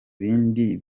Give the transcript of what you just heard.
bindi